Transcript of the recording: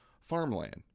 farmland